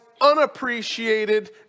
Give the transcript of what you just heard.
unappreciated